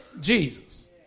Jesus